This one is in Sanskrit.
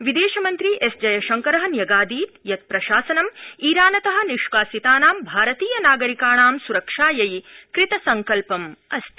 विदेशमन्त्री एस जयशंकर न्यगादीत् यत् प्रशासनं ईरानत निष्कासितानां भारतीय नागरिकाणां स्रक्षायै कृतसंकल्पमस्ति